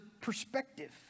perspective